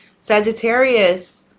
Sagittarius